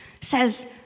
says